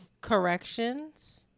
corrections